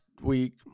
week